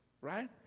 right